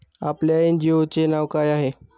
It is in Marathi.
आपल्या एन.जी.ओ चे नाव काय आहे?